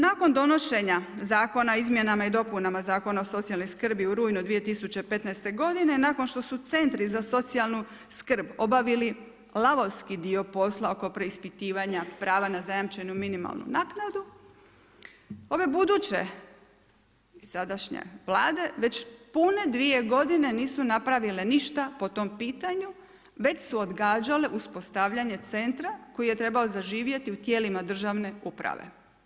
Nakon donošenja Zakona o izmjenama i dopunama Zakona o socijalnoj skrbi u rujnu 2015. g. nakon što su centri za socijalnu skrb, obavili lavovski dio posla, oko preispitivanja prava na zajamčenu minimalnu naknadu, ove buduće, sadašnje Vlade, već pune 2 g. nisu napravile ništa po tom pitanju, već su odgađale uspostavljanje centra, koji je trebao zaživjeti u tijelima državne uprave.